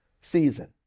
season